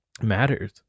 matters